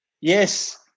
Yes